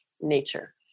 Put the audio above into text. Nature